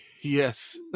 yes